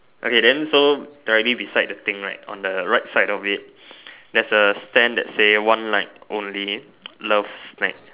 okay then so directly beside the thing right on the right side of it there is a stand that say one night only love night